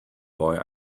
boy